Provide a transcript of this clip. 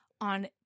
on